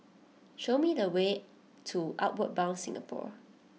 show me the way to Outward Bound Singapore